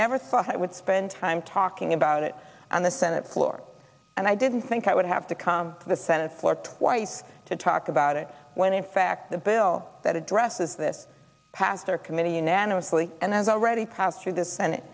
never thought i would spend time talking about it on the senate floor and i didn't think i would have to come to the senate floor twice to talk about it when in fact the bill that addresses this pastor committee unanimously and has already passed through the senate